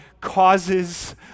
causes